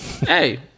Hey